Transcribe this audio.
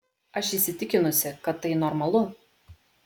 aš įsitikinusi kad tai normalu